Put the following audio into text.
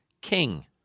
king